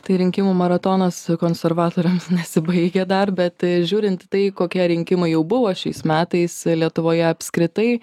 tai rinkimų maratonas konservatoriams nesibaigia dar bet žiūrint į tai kokie rinkimai jau buvo šiais metais lietuvoje apskritai